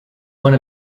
one